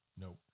Nope